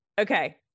Okay